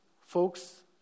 folks